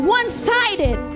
one-sided